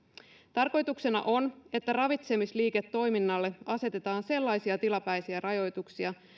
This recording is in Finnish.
tarkoituksena on että ravitsemisliiketoiminnalle asetetaan sellaisia tilapäisiä rajoituksia